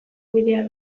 bidea